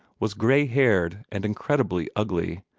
was gray-haired and incredibly ugly,